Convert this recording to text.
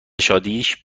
شادیش